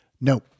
No